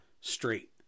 straight